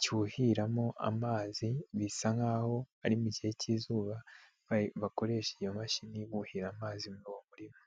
cyuhiramo amazi bisa nk'aho ari mu gihe cy'izuba bakoresha iyo mashini buhira amazi mu murima.